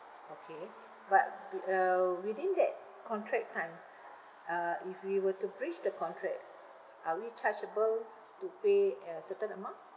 okay but be~ uh within that contract times uh if we were to breach the contract are we chargeable to pay a certain amount